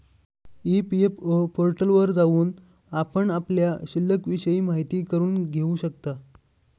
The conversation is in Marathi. ई.पी.एफ.ओ पोर्टलवर जाऊन आपण आपल्या शिल्लिकविषयी माहिती करून घेऊ शकता